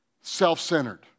self-centered